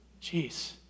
Jeez